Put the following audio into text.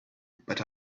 but